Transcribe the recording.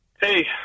Hey